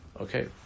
Okay